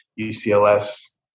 UCLS